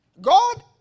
God